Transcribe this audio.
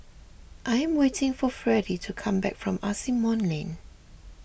I am waiting for Fredie to come back from Asimont Lane